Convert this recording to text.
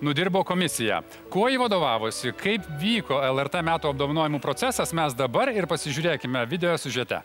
nudirbo komisija kuo ji vadovavosi kaip vyko lrt metų apdovanojimų procesas mes dabar ir pasižiūrėkime video siužete